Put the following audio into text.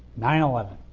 nine eleven.